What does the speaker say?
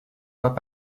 fois